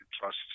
trust